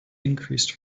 increased